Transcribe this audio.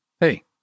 Hey